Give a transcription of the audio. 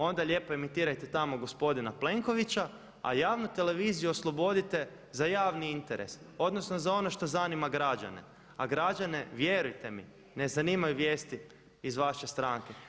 Onda lijepo emitirajte tamo gospodina Plenkovića a javnu televiziju oslobodite za javni interes, odnosno za ono što zanima građane, a građane vjerujte mi ne zanimaju vijesti iz vaše stranke.